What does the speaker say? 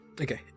Okay